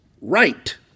right